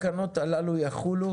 התקנות הללו יחולו